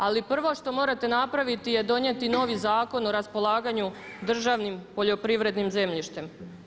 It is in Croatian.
Ali prvo što morate napraviti je donijeti novi Zakon o raspolaganju državnim poljoprivrednim zemljištem.